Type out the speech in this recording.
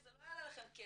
זה לא יעלה לכם כסף,